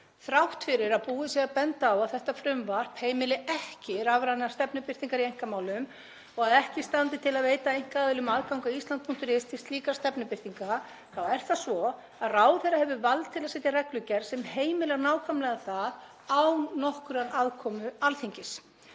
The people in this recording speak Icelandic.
Þrátt fyrir að búið sé að benda á að þetta frumvarp heimili ekki rafrænar stefnubirtingar í einkamálum og að ekki standi til að veita einkaaðilum aðgang að island.is til slíkra stefnubirtinga er það svo að ráðherra hefur vald til að setja reglugerð sem heimilar nákvæmlega það án nokkurrar aðkomu Alþingis.